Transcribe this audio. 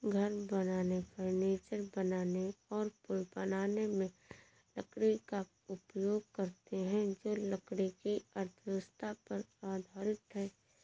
घर बनाने, फर्नीचर बनाने और पुल बनाने में लकड़ी का उपयोग करते हैं जो लकड़ी की अर्थव्यवस्था पर आधारित है